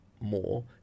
more